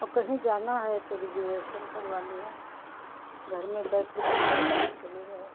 और कहीं जाना है तो रिजर्वेशन करवा लिया घर में बैठे बैठे अपना चले गए